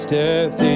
death